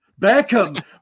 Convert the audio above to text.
Beckham